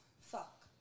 Fuck